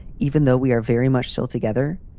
even though we are very much still together?